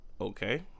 okay